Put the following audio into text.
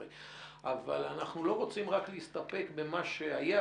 אבל אנחנו לא רוצים רק להסתפק במה שהיה.